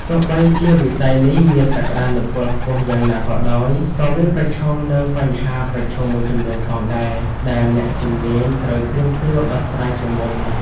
ទោះបីជាវិស័យនេះមានសក្កានុពលខ្ពស់យ៉ាងណាក៏ដោយ ក៏វាប្រឈមនឹងបញ្ហាប្រឈមមួយចំនួនផងដែរ ដែលអ្នកជំនាញត្រូវត្រៀមខ្លួនដោះស្រាយជាមុន។